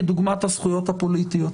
כדוגמת הזכויות הפוליטיות.